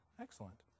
excellent